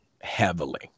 heavily